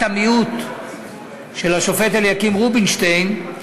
המיעוט של השופט אליקים רובינשטיין,